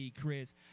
Chris